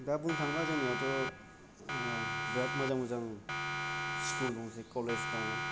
दा बुंनो थाङोबा जोंनियावथ' बिराद मोजां मोजां स्कुल दंसै कलेज दं